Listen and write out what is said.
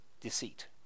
deceit